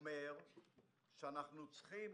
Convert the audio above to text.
אומר שאנחנו צריכים